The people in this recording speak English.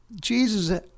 Jesus